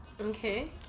Okay